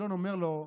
העגלון אומר לו: